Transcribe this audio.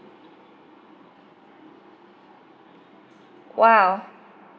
!wow!